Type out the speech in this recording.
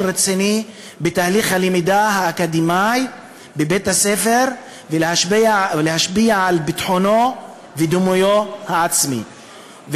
רציני בתהליך הלמידה האקדמית בבית-הספר ולהשפיע על ביטחונו ודימויו העצמי.